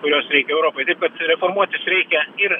kurios reikia europai taip kad reformuotis reikia ir